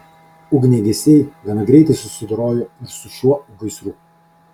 ugniagesiai gana greitai susidorojo ir su šiuo gaisru